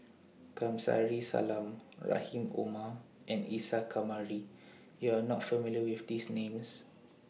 Kamsari Salam Rahim Omar and Isa Kamari YOU Are not familiar with These Names